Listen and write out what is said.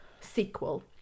sequel